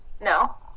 No